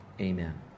amen